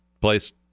place